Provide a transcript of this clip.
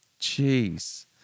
Jeez